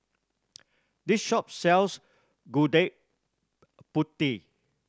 this shop sells Gudeg Putih